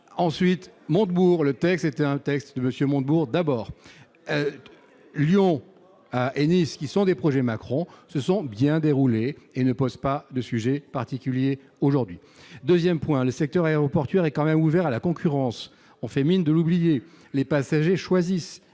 de M. Montebourg. Le texte était d'abord un texte de M. Montebourg ! Lyon et Nice, qui sont des projets de M. Macron, se sont bien déroulés et ne posent pas de problème particulier aujourd'hui. Deuxième point, le secteur aéroportuaire est quand même ouvert à la concurrence, on fait mine de l'oublier. Les passagers choisissent